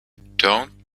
don’t